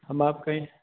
हम आप कहें